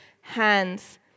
hands